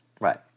Right